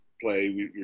play